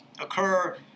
occur